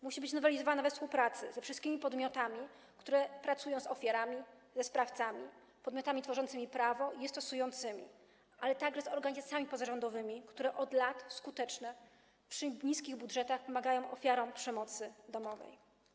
Musi być nowelizowana we współpracy ze wszystkimi podmiotami, które pracują z ofiarami, ze sprawcami, podmiotami tworzącymi prawo i je stosującymi, ale także z organizacjami pozarządowymi, które od lat skutecznie przy niskich budżetach pomagają ofiarom przemocy domowej.